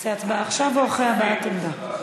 נעשה הצבעה עכשיו או אחרי הבעת עמדה?